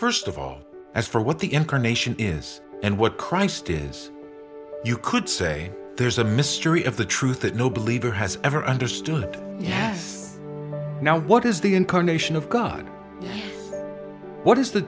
st of all as for what the incarnation is and what christ is you could say there's a mystery of the truth that no believe or has ever understood yes now what is the incarnation of god what is the